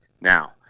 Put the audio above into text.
Now